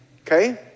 okay